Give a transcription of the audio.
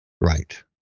Right